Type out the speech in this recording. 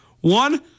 One